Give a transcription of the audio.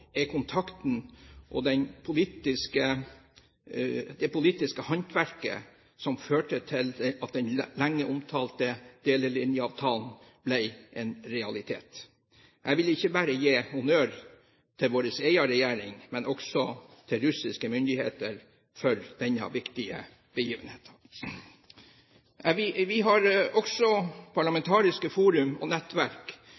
kontakten og det politiske håndverket som førte til at den lenge omtalte delelinjeavtalen ble en realitet. Jeg vil gi honnør ikke bare til vår egen regjering, men også til russiske myndigheter for denne viktige begivenheten. Vi har også